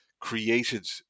created